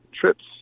trips